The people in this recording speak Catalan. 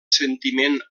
sentiment